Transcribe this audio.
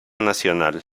nacional